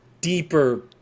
deeper